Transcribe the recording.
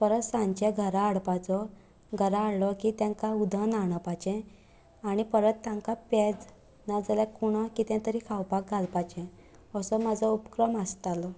परत सांचे घरा हाडपाचो घरा हाडलो की तांकां उदक न्हाडोवपाचें आनी परत तांकां पेज नाजाल्यार कुणो कितें तरी खावपाक घालपाचे आसो म्हजो उपक्रम आसतालो